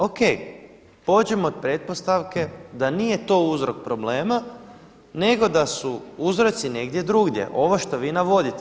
O.k. Pođimo od pretpostavke da nije to uzrok problema, nego da su uzroci negdje drugdje ovo što vi navodite.